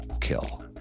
kill